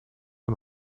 een